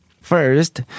First